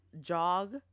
jog